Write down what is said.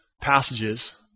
passages